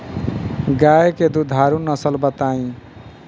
गाय के दुधारू नसल बताई?